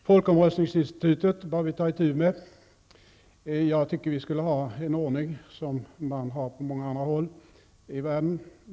Folkomröstningsinstitutet bör vi ta itu med. Jag menar att vi skulle ha samma ordning som man har på många andra håll i världen.